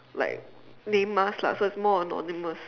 like name us lah so it's more anonymous